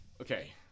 Okay